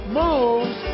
moves